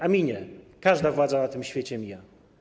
A minie, każda władza na tym świecie mija.